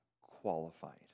qualified